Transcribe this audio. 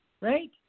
Right